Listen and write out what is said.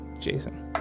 Jason